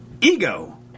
ego